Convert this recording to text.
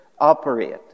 operate